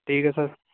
ਠੀਕ ਹੈ ਸਰ